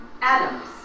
Adams